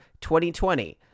2020